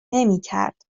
نمیکرد